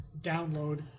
download